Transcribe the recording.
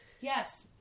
Yes